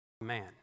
man